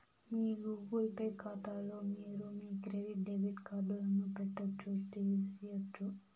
మీ Google Pay కాతాలో మీరు మీ క్రెడిట్ డెబిట్ కార్డులను పెట్టొచ్చు, తీయొచ్చు